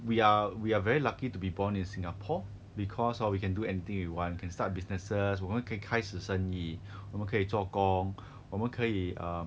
we are we are very lucky to be born in singapore because hor we can do anything we want can start businesses 我们可以开始生意我们可以做工我们可以